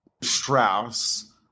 Strauss